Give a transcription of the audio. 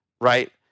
right